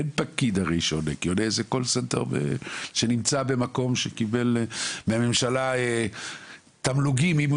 אין פקיד שעונה כי עונה call enter שקיבל מהממשלה תמלוגים אם הוא